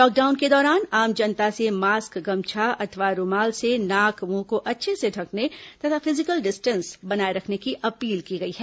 lockdown के दौरान आम जनता से मास्क गमछा अथवा रूमाल से नाक मुंह को अच्छे से ढंकने तथा फिजिकल डिस्टेंस बनाए रखने की अपील की गई है